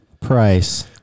Price